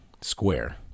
square